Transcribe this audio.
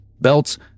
belts